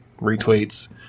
retweets